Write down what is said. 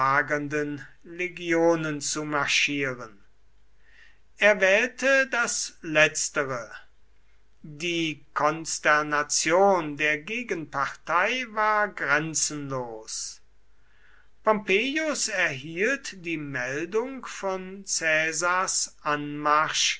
legionen zu marschieren er wählte das letztere die konsternation der gegenpartei war grenzenlos pompeius erhielt die meldung von caesars anmarsch